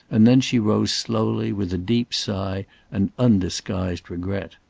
and then she rose slowly with a deep sigh and undisguised regret.